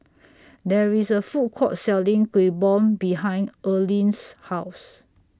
There IS A Food Court Selling Kuih Bom behind Earlene's House